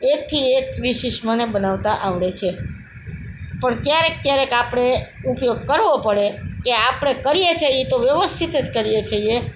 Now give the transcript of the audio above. એકથી એક વિશેષ મને બનાવતાં આવડે છે પણ ક્યારેક ક્યારેક આપણે ઉપયોગ કરવો પડે કે આપણે કરીએ છે એ તો વ્યવસ્થિત જ કરીએ છીએ